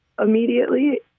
immediately